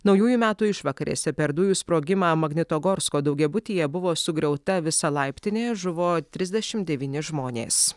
naujųjų metų išvakarėse per dujų sprogimą magnetogorsko daugiabutyje buvo sugriauta visa laiptinė žuvo trisdešimt devyni žmonės